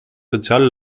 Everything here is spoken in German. soziale